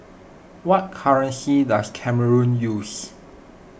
what currency does Cameroon use